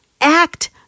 act